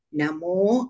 Namo